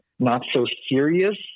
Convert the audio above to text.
not-so-serious